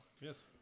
yes